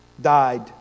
died